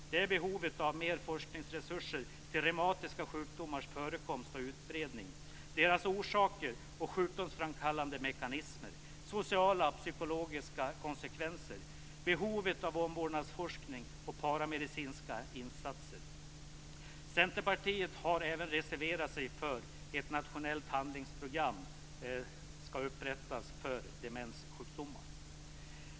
De gäller behovet av mer forskningsresurser när det gäller reumatiska sjukdomars förekomst och utbredning, deras orsaker och sjukdomsframkallande mekanismer, sociala och psykologiska konsekvenser, behovet av omvårdnadsforskning och paramedicinska insatser. Centerpartiet har även reserverat sig till förmån för ett nationellt handlingsprogram för demenssjukdomar.